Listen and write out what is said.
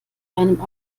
einem